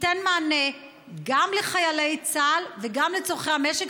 תיתן מענה גם לחיילי צה"ל וגם לצורכי המשק.